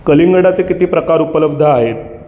कलिंगडाचे किती प्रकार उपलब्ध आहेत